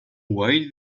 why